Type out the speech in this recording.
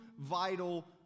vital